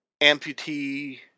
amputee